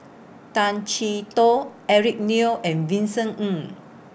Tay Chee Toh Eric Neo and Vincent Ng